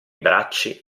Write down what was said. bracci